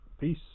peace